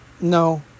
No